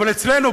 אבל אצלנו,